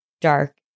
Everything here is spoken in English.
dark